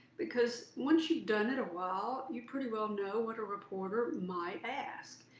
because once you've done it a while, you pretty well know what a reporter might ask.